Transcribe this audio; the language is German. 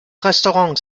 restaurants